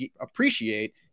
appreciate